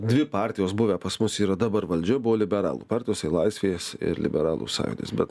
dvi partijos buvę pas mus yra dabar valdžia buvo liberalų partijos i laisvės ir liberalų sąjūdis bet